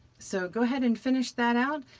so go ahead and finish that out,